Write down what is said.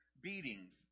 beatings